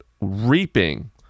reaping